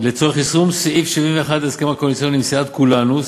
לצורך יישום סעיף 71 להסכם הקואליציוני עם סיעת כולנו,